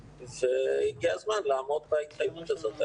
הגיע הזמן לעמוד בהתחייבות הזאת.